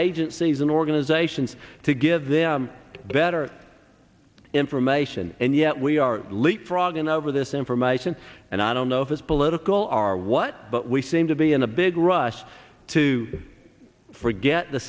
agencies and organizations to give them better information and yet we are leapfrogging over this information and i don't know if it's political are what but we seem to be in a big rush to forget the